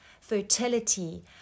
fertility